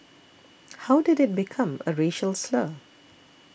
how did it become a racial slur